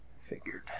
Figured